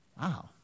Wow